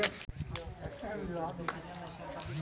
का ऑनलाइन बकाया ऋण सही दिखावाल जा हई